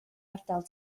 ardal